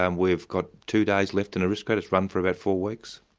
um we've got two days left in aristocrat, it's run for about four weeks.